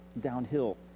downhill